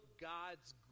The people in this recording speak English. God's